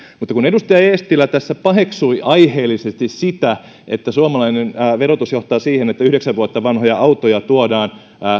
mutta kun edustaja eestilä tässä paheksui aiheellisesti sitä että suomalainen verotus johtaa siihen että yhdeksän vuotta vanhoja tuodaan